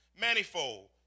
Manifold